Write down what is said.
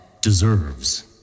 deserves